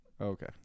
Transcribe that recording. Okay